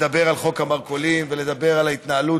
לדבר על חוק המרכולים ולדבר על ההתנהלות